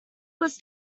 was